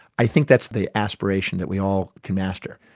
i think that's the aspiration that we all can master.